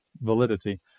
validity